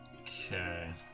Okay